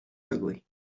ugly